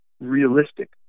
realistic